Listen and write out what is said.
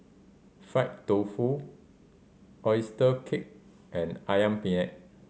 fried tofu oyster cake and Ayam Penyet